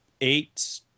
Eight